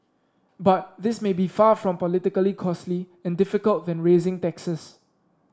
but this may be far from politically costly and difficult than raising taxes